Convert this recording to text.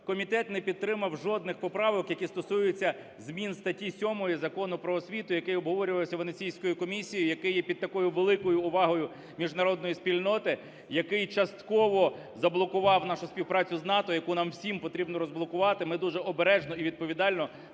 комітет не підтримав жодних поправок, які стосуються змін статті 7 Закону "Про освіту", який обговорювався Венеціанською комісією, який є під такою великою увагою міжнародної спільноти, який частково заблокував нашу співпрацю з НАТО, яку нам всім потрібно розблокувати. Ми дуже обережно і відповідально ставилися